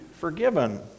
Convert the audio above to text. forgiven